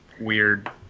weird